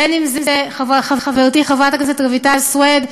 בין שזו חברתי חברת הכנסת רויטל סויד,